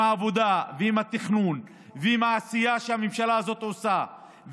עם העבודה ועם התכנון ועם העשייה שהממשלה הזאת עושה,